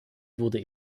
wurde